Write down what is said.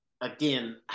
Again